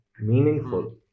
meaningful